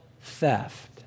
theft